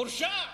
הורשע.